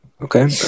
Okay